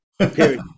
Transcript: period